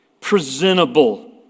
presentable